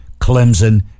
Clemson